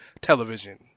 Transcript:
television